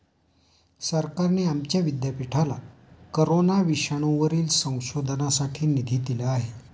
सरकारने आमच्या विद्यापीठाला कोरोना विषाणूवरील संशोधनासाठी निधी दिला आहे